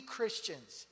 Christians